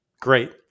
Great